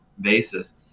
basis